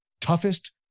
toughest